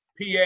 PA